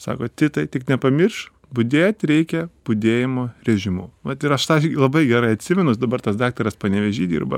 sako titai tik nepamirš budėt reikia budėjimo režimu vat ir aš tą labai gerai atsimenu jis dabar tas daktaras panevėžy dirba